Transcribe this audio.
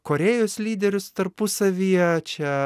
korėjos lyderius tarpusavyje čia